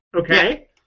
okay